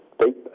deep